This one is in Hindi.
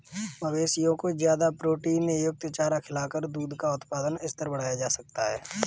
मवेशियों को ज्यादा प्रोटीनयुक्त चारा खिलाकर दूध का उत्पादन स्तर बढ़ाया जा सकता है